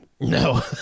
No